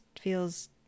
feels